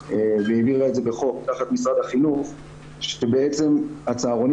והעבירה את זה בחוק תחת משרד החינוך שבעצם הצהרונים